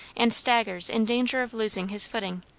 and staggers in danger of losing his footing.